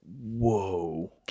whoa